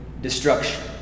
destruction